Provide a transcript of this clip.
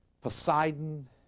Poseidon